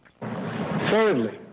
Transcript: Thirdly